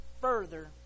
further